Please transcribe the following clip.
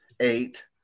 eight